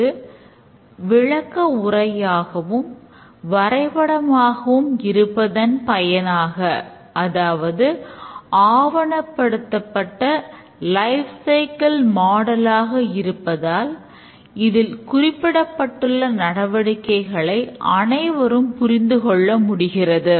இது விளக்க உரையாகவும் வரை படமாகவும் இருப்பதன் பயனாக அதாவது ஆவணப்படுத்தப்பட்ட லைப் சைக்கிள் மாடல்ஆக இருப்பதால் அதில் குறிப்பிடப்பட்டுள்ள நடவடிக்கைகளை அனைவரும் புரிந்து கொள்ள முடிகிறது